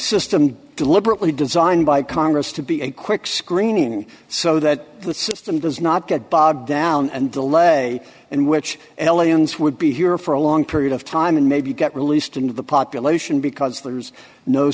system deliberately designed by congress to be a quick screening so that the system does not get bogged down and delay and which ellens would be here for a long period of time and maybe get released into the population because there's no